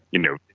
you know,